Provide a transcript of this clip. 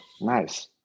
Nice